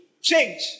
change